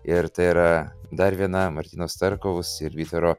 ir tai yra dar viena martyno starkaus ir vytaro